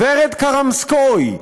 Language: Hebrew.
ורד קרמסקוי,